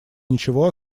ничего